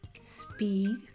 speed